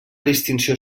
distinció